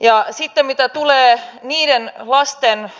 ja sitten mitä tulee niiden lasten